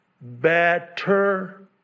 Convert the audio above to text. better